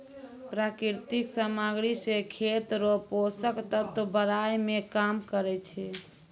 प्राकृतिक समाग्री से खेत रो पोसक तत्व बड़ाय मे काम करै छै